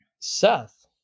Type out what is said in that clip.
seth